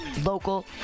local